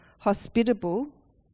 hospitable